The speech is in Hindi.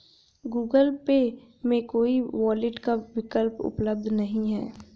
गूगल पे में कोई वॉलेट का विकल्प उपलब्ध नहीं है